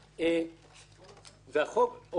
החוק אומר: